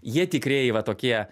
jie tikrieji va tokie